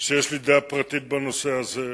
יש לי דעה פרטית בנושא הזה,